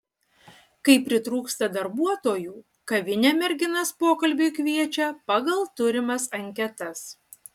kai pritrūksta darbuotojų kavinė merginas pokalbiui kviečia pagal turimas anketas